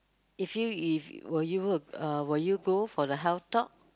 if you if will you uh will you go for the health talk